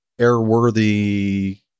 airworthy